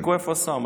תבדקו איפה השר.